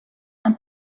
and